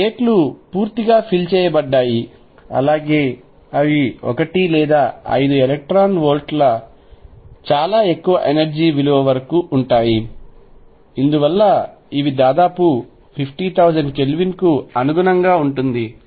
ఈ స్టేట్ లు పూర్తిగా ఫిల్ చేయబడ్డాయి అలాగే అవి 1 లేదా 5 ఎలక్ట్రాన్ వోల్ట్ల చాలా ఎక్కువ ఎనర్జీ విలువ వరకు ఉంటాయి ఇందువలన ఇవి దాదాపు 50000 కెల్విన్కు అనుగుణంగా ఉంటుంది